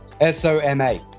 S-O-M-A